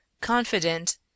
confident